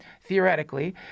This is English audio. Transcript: theoretically